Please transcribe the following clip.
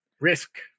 risk